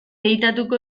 editatuko